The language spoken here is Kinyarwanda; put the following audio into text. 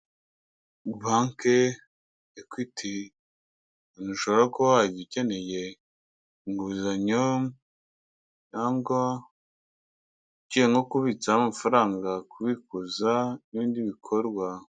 Bank Equity, ahantu ushobora kuba waba ukeneye inguzanyo, cyangwa ugiye nko kubitsaho amafaranga, kubikuza, n'ibindi bikorwa.